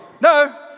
No